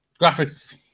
Graphics